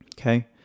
Okay